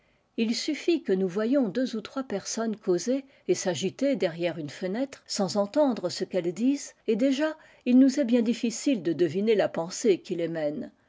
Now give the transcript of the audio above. il suffit que nous voyions deux ou trois personnes causer et s'agiter derrière une fenêtre sans entendre ce qu'elles disent et déjà il nous est bien difficile de deviner la pensée qui les mène